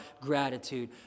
gratitude